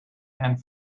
and